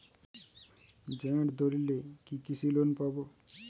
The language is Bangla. জয়েন্ট দলিলে কি কৃষি লোন পাব?